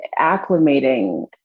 acclimating